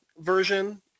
version